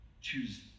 Choose